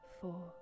four